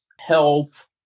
health